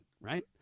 right